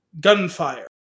gunfire